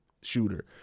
shooter